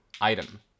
item